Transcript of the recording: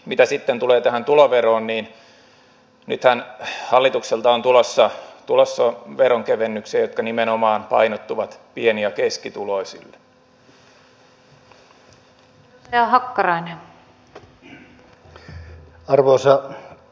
mitä sitten tulee tähän tuloveroon niin nythän hallitukselta on tulossa veronkevennyksiä jotka nimenomaan painottuvat pieni ja keskituloisille